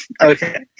Okay